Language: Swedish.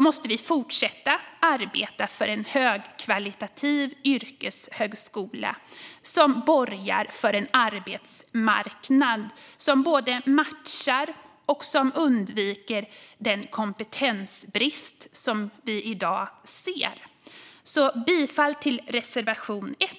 måste vi fortsätta arbeta för en högkvalitativ yrkeshögskola som borgar för en arbetsmarknad som både matchar och motverkar den kompetensbrist vi i dag ser. Jag yrkar bifall till reservation 1.